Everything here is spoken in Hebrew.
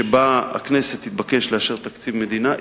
שבה הכנסת תתבקש לאשר תקציב מדינה,